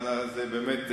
באמת,